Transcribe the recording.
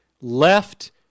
Left